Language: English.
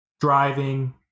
driving